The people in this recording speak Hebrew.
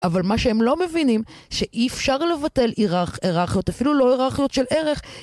אבל מה שהם לא מבינים שאי אפשר לבטל היררכיות, אפילו לא היררכיות של ערך